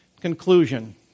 Conclusion